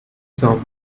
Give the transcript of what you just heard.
some